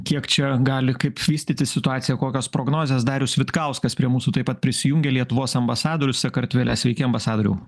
kiek čia gali kaip vystytis situacija kokios prognozės darius vitkauskas prie mūsų taip pat prisijungė lietuvos ambasadorius sakartvele sveiki ambasadoriau